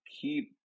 keep